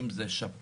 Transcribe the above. אם זה שפ"ח,